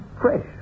Fresh